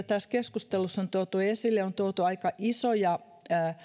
tässä keskustelussa on tuotu esille aika isoja